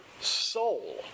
soul